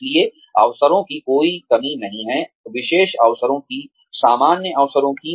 इसलिए अवसरों की कोई कमी नहीं है विशेष अवसरों की सामान्य अवसरों की